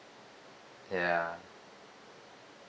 ya